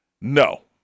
No